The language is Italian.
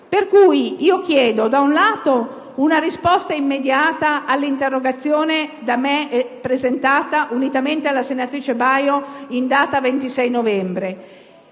Pertanto, chiedo, da un lato, una risposta immediata all'interrogazione da me presentata, unitamente alla senatrice Baio, in data 26 novembre.